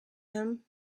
him